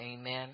Amen